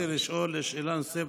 אני רציתי לשאול שאלה נוספת,